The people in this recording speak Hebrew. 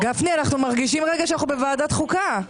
גפני, אנחנו מרגישים לרגע שאנחנו בוועדת החוקה.